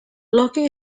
loki